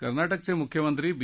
कर्नाटकाचे मुख्यमंत्री बी